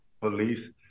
police